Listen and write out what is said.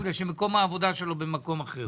בגלל שמקום העבודה שלו הוא במקום אחר